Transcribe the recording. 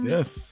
Yes